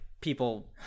people